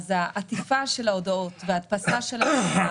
העטיפה של ההודעות וההדפסה של הנייר,